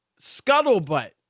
scuttlebutt